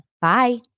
Bye